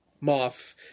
Moth